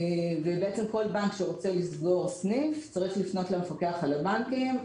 ובעצם כל בנק שרוצה לסגור סניף צריך לפנות למפקח על הבנקים,